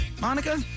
Monica